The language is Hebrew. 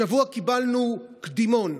השבוע קיבלנו קדימון,